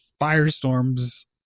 Firestorm's